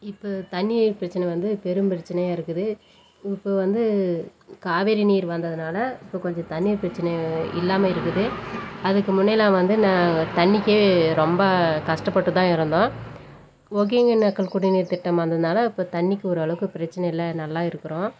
இப்போ தண்ணீர் பிரச்சின வந்து பெரும் பிரச்சினையா இருக்குது இப்போ வந்து காவேரி நீர் வந்ததுனால் இப்போ கொஞ்சம் தண்ணீர் பிரச்சின இல்லாமல் இருக்குது அதுக்கு முன்னயெலாம் வந்து நான் தண்ணிக்கே ரொம்ப கஷ்டப்பட்டு தான் இருந்தோம் ஒகேகனக்கல் குடிநீர் திட்டம் வந்ததுனால் இப்போ தண்ணிக்கு ஓரளவுக்கு பிரச்சின இல்லை நல்லா இருக்கிறோம்